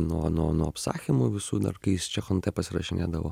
nuo nuo nuo apsakymų visų dar kai jis čechontepas rašinėdavo